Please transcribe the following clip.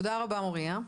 תודה רבה מוריה,